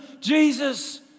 Jesus